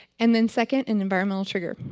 and then second, an environmental trigger.